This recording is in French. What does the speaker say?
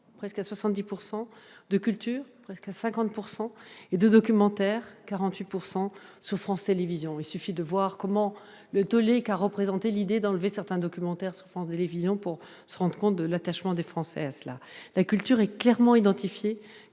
presque à 70 %-, plus de culture- presque à 50 % -et plus de documentaires- à 48 % -sur France Télévisions. Il suffit de voir le tollé qu'a suscité l'idée de supprimer certains documentaires sur France Télévisions pour se rendre compte de l'attachement des Français à ces émissions. La culture est clairement identifiée